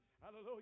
Hallelujah